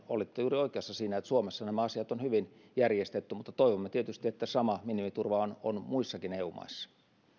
olette juuri oikeassa siinä että suomessa nämä asiat on hyvin järjestetty mutta toivomme tietysti että sama minimiturva on on muissakin eu maissa